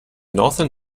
northern